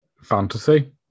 fantasy